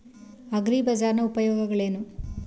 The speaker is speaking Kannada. ಅಗ್ರಿಬಜಾರ್ ನ ಉಪಯೋಗವೇನು?